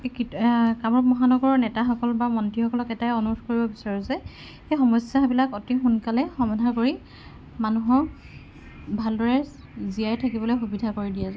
কামৰূম মহানগৰত নেতাসকল বা মন্ত্ৰীসকলক এটাই অনুৰোধ কৰিব বিচাৰোঁ যে সেই সমস্যাবিলাক অতি সোনকালে সমাধা কৰি মানুহক ভালদৰে জীয়াই থাকিবলৈ সুবিধা কৰি দিয়ে যেন